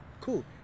Cool